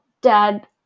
Dad